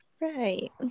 Right